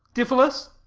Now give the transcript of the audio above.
diphilus.